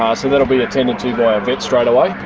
ah so that'll be attended to by a vet straight away.